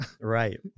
Right